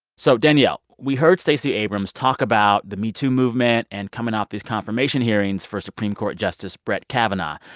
so danielle, we heard stacey abrams talk about the metoo movement and coming off these confirmation hearings for supreme court justice brett kavanaugh.